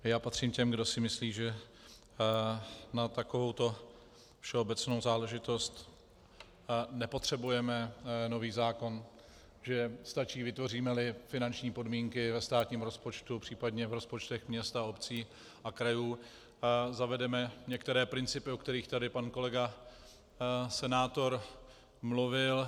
Já patřím k těm, kdo si myslí, že na takovouto všeobecnou záležitost nepotřebujeme nový zákon, že stačí, vytvořímeli finanční podmínky ve státním rozpočtu, případně v rozpočtech měst, obcí a krajů, zavedeme některé principy, o kterých tady pan kolega senátor mluvil.